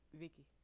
Vicky